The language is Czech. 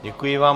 Děkuji vám.